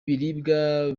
biribwa